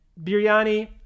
biryani